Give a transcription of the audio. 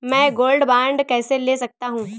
मैं gold bond कैसे ले सकता हूँ?